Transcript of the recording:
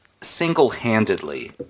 single-handedly